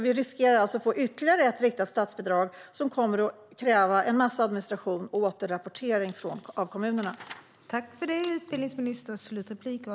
Vi riskerar alltså att få ytterligare ett riktat statsbidrag som kommer att kräva en massa administration och återrapportering av kommunerna.